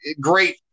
great